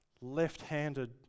left-handed